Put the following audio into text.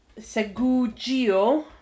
Segugio